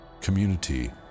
Community